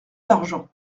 d’argent